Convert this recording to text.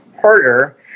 harder